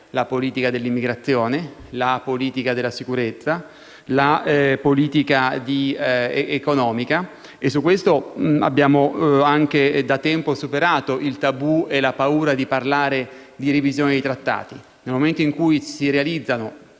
la politica dell'immigrazione, la politica della sicurezza e la politica economica. Su questo abbiamo da tempo superato il tabù e la paura di parlare di revisione dei trattati. Se si realizzassero